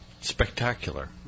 spectacular